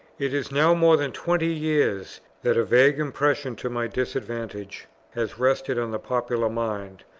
it is now more than twenty years that a vague impression to my disadvantage has rested on the popular mind,